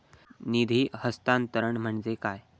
निधी हस्तांतरण म्हणजे काय?